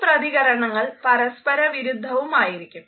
ഈ പ്രതികരണങ്ങൾ പരസ്പര വിരുദ്ധവുമായിരിക്കും